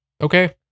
Okay